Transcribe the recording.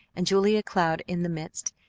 and julia cloud in the midst,